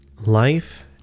Life